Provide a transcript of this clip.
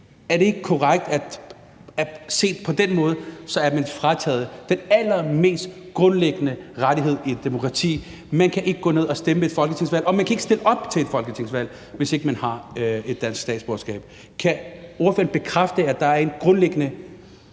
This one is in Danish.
Er det ikke korrekt, at set på den måde er man frataget den allermest grundlæggende rettighed i et demokrati, for man kan ikke gå ned og stemme ved et folketingsvalg, og man kan ikke stille op til et folketingsvalg, hvis ikke man har et dansk statsborgerskab? Kan ordføreren bekræfte, at der er en grundlæggende ulighed